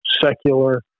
secular